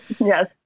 Yes